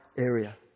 Area